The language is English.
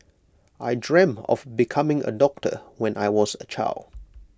I dreamt of becoming A doctor when I was A child